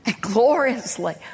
gloriously